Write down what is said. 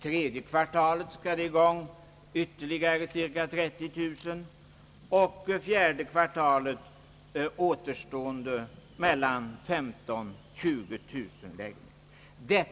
Tredje kvartalet skall det sättas i gång ytterligare cirka 30 000 lägenheter och fjärde kvartalet återstoden, mellan 15 000 och 20 000 lägenheter.